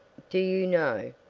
do you know,